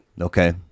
Okay